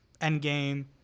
Endgame